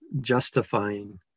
justifying